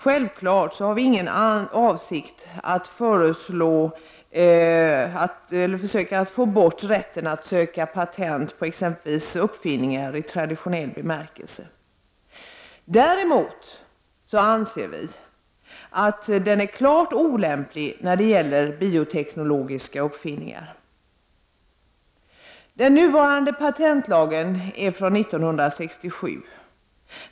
Självfallet har vi ingen avsikt att försöka få bort rätten att söka patent på exempelvis uppfinningar i traditionell bemärkelse. Däremot anser vi att den är klart olämplig när det gäller biotekniska uppfinningar. Den nuvarande patentlagen är från 1967.